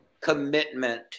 commitment